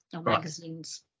magazines